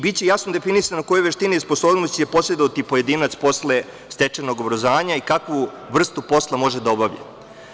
Biće jasno definisano koje veštine i sposobnosti će posedovati pojedinac posle stečenog obrazovanja i kakvu vrstu posla može da obavlja.